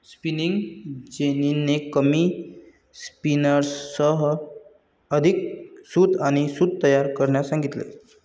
spinning जेनीने कमी स्पिनर्ससह अधिक सूत आणि सूत तयार करण्यास सांगितले